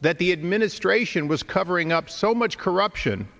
that the administration was covering up so much corruption